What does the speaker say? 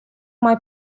mai